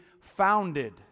founded